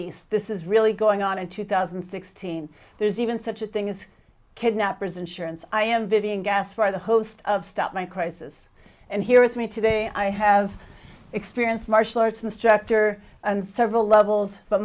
east this is really going on in two thousand and sixteen there's even such a thing as kidnappers insurance i am vivienne gas for the host of stop my crisis and here with me today i have experienced martial arts instructor and several levels but